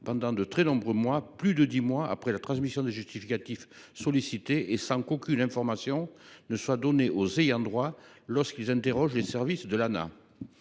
pendant de très nombreux mois – plus de dix mois, dans certains cas –, après transmission des justificatifs sollicités et sans qu’aucune information soit donnée aux ayants droit lorsqu’ils interrogent les services de l’Agence